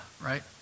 right